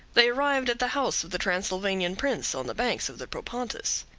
they arrived at the house of the transylvanian prince on the banks of the propontis.